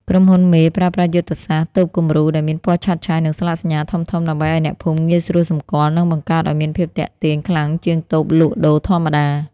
ក្រុមហ៊ុនមេប្រើប្រាស់យុទ្ធសាស្ត្រ "តូបគំរូ" ដែលមានពណ៌ឆើតឆាយ និងស្លាកសញ្ញាធំៗ ដើម្បីឱ្យអ្នកភូមិងាយស្រួលសម្គាល់ និងបង្កើតឱ្យមានភាពទាក់ទាញខ្លាំងជាងតូបលក់ដូរធម្មតា។